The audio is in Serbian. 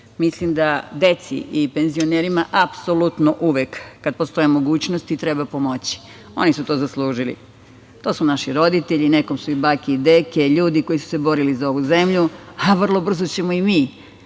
mislim da deci i penzionerima apsolutno uvek kada postoje mogućnosti treba pomoći. Oni su to zaslužili. To su naši roditelji, nekom su i bake i deke, ljudi koji su se borili za ovu zemlju, a vrlo brzo ćemo i mi,